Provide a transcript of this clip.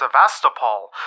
Sevastopol